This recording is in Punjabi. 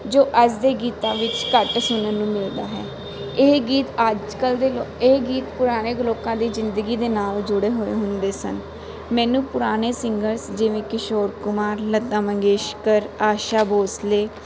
ਜੋ ਅੱਜ ਦੇ ਗੀਤਾਂ ਵਿੱਚ ਘੱਟ ਸੁਣਨ ਨੂੰ ਮਿਲਦਾ ਹੈ ਇਹ ਗੀਤ ਅੱਜ ਕੱਲ੍ਹ ਦੇ ਲ ਇਹ ਗੀਤ ਪੁਰਾਣੇ ਲੋਕਾਂ ਦੀ ਜ਼ਿੰਦਗੀ ਦੇ ਨਾਲ ਜੁੜੇ ਹੋਏ ਹੁੰਦੇ ਸਨ ਮੈਨੂੰ ਪੁਰਾਣੇ ਸਿੰਗਰਸ ਜਿਵੇਂ ਕਿਸ਼ੋਰ ਕੁਮਾਰ ਲਤਾ ਮੰਗੇਸ਼ਕਰ ਆਸ਼ਾ ਬੋਸਲੇ